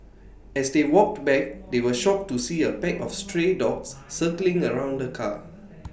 as they walked back they were shocked to see A pack of stray dogs circling around the car